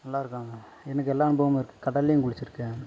நல்லாருக்கும் அங்கே எனக்கு எல்லா அனுபவமும் இருக்கு கடல்லையும் குளிச்சிருக்கேன்